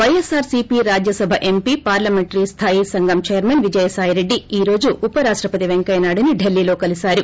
YSCP Rajya Sabha MP parliamentary స్టాయి సంఘం chairman Vijayasai Reddy ఈ రోజు ఉపరాష్టపతి వెంకయ్యనాయుడిని ఢిల్లీలో కలిశారు